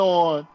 on